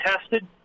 tested